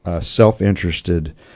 self-interested